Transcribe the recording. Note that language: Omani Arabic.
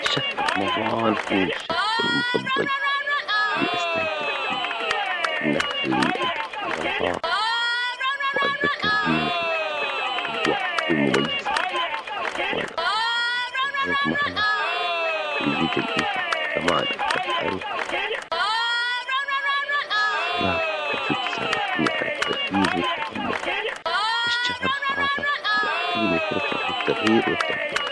شهر رمضان هو الشهر المفظل لأستمتع فيه، لأنه يخليني أجرب إلى الله و أتذكر جيمة العطاء، الأجواء تكون مميزة والإفطار مع العائلة يجمعنا يزيد الألفة، كمان أحب روح الصيام حيث تساعدني على التركيز والتأمل، الشهر هذا يعطيني فرصة للتغيير والتطوير.